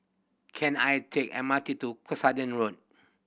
can I take M R T to Cuscaden Road